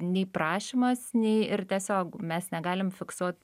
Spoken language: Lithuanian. nei prašymas nei ir tiesiog mes negalim fiksuot